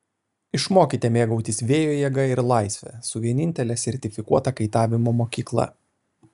išmokite mėgautis vėjo jėga ir laisve su vienintele sertifikuota kaitavimo mokykla